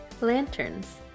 lanterns